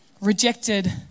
rejected